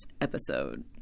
episode